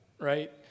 right